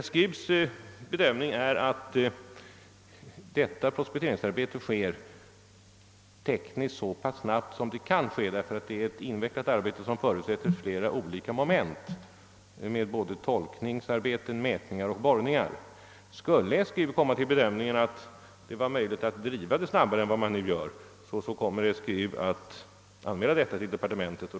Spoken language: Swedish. SGU bedömer att denna prospektering sker tekniskt så snabbt den kan ske, därför att det är ett invecklat arbete som förutsätter flera olika moment med såväl tolkningsarbeten som mätningar och borrningar. Skulle SGU komma till den uppfattningen att det är möjligt att driva arbetet snabbare än som nu sker, kommer SGU att anmäla detta till departementet.